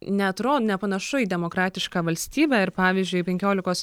neatro nepanašu į demokratišką valstybę ir pavyzdžiui penkiolikos